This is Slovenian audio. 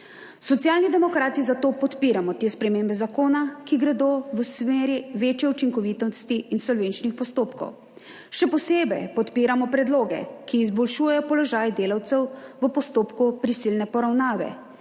Socialni demokrati zato podpiramo te spremembe zakona, ki gredo v smeri večje učinkovitosti insolvenčnih postopkov. Še posebej podpiramo predloge, ki izboljšujejo položaj delavcev v postopku prisilne poravnave.